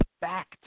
back